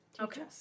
Okay